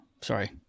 Sorry